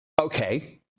okay